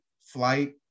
flight